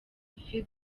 phil